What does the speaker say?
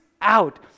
out